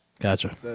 Gotcha